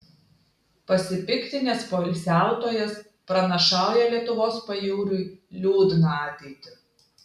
pasipiktinęs poilsiautojas pranašauja lietuvos pajūriui liūdną ateitį